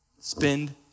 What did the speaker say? Spend